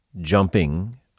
jumping